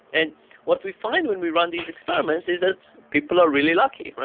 and what we find when we run these experiments is that people are really lucky!